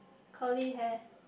curly hair